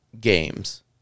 games